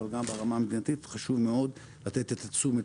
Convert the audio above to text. אבל גם ברמה המדינתית חשוב מאוד לתת את תשומת